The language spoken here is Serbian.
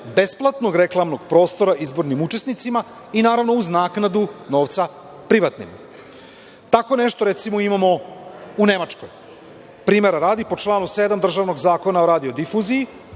besplatnog reklamnog prostora izbornim učesnicima i naravno, uz naknadu novca privatnim. Tako nešto imamo u Nemačkoj. Primera radi, po članu 7. državnog Zakona o radiodifuziji